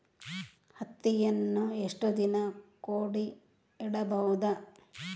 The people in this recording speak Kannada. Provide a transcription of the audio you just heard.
ಹತ್ತಿಯನ್ನು ಎಷ್ಟು ದಿನ ಕೂಡಿ ಇಡಬಹುದು?